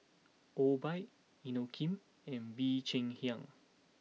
Obike Inokim and Bee Cheng Hiang